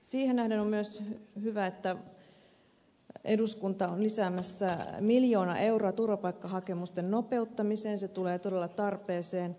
siihen nähden on myös hyvä että eduskunta on lisäämässä miljoona euroa turvapaikkahakemusten käsittelyn nopeuttamiseen se tulee todella tarpeeseen